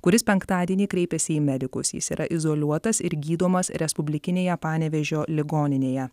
kuris penktadienį kreipėsi į medikus jis yra izoliuotas ir gydomas respublikinėje panevėžio ligoninėje